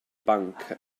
banc